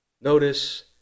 Notice